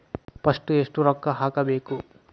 First ಎಷ್ಟು ರೊಕ್ಕ ಹಾಕಬೇಕು?